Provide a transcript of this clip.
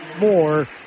more